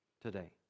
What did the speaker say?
today